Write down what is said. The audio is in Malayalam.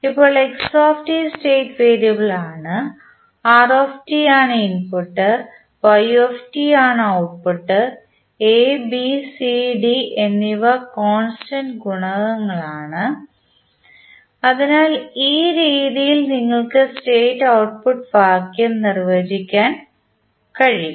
ഇപ്പോൾ x സ്റ്റേറ്റ് വേരിയബിൾ ആണ് r ആണ് ഇൻപുട്ട് y ആണ് output a b c d എന്നിവ കോൺസ്റ്റന്റ് ഗുണകങ്ങൾ ആണ് അതിനാൽ ഈ രീതിയിൽ നിങ്ങൾക്ക് സ്റ്റേറ്റ് ഔട്ട്പുട്ട് സമവാക്യം നിർവചിക്കാൻ കഴിയും